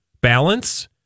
Balance